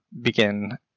begin